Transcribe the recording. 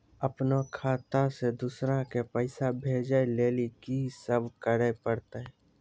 अपनो खाता से दूसरा के पैसा भेजै लेली की सब करे परतै?